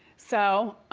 so,